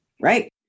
Right